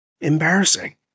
embarrassing